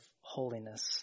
holiness